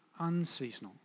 unseasonal